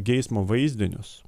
geismo vaizdinius